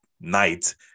night